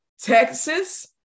Texas